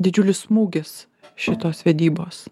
didžiulis smūgis šitos vedybos